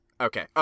okay